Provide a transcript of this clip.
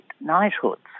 knighthoods